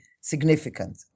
significant